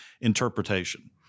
interpretation